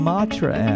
Matra